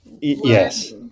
yes